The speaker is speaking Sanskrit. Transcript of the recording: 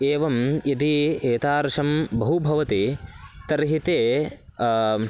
एवं यदि एतादृशं बहु भवति तर्हि ते